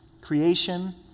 creation